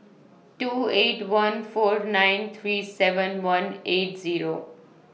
two eight one four nine three seven one eight Zero